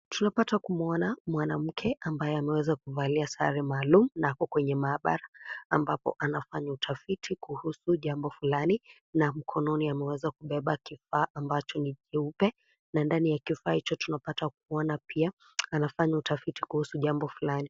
Tunapata kumuona mwanamke ambaye ameweza kuvalia sare maalum na ako kwenye maabara ambapo anafanya utafiti kuhusu jambo fulani, na mkononi ameweza kubeba kifaa ambacho ni cheupe, na ndani ya kifaa hicho tunapata kuona pia anafanya utafiti kuhusu jambo fulani.